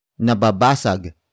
Nababasag